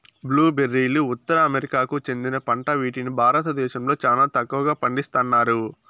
blue బెర్రీలు ఉత్తర అమెరికాకు చెందిన పంట వీటిని భారతదేశంలో చానా తక్కువగా పండిస్తన్నారు